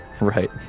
right